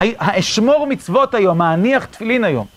האשמור מצוות היום, האניח תפילין היום.